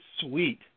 sweet